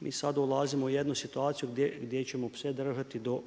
I sad dolazimo u jednu situaciju, gdje ćemo pse držati do